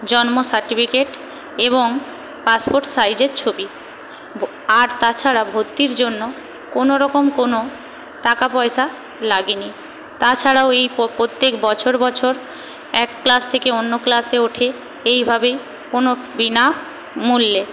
জন্ম সার্টিফিকেট এবং পাসপোর্ট সাইজের ছবি আর তাছাড়া ভর্তির জন্য কোনো রকম কোনো টাকাপয়সা লাগেনি তাছাড়াও এই প্রত্যেক বছর বছর এক ক্লাস থেকে অন্য ক্লাসে ওঠে এইভাবেই কোনো বিনামূল্যে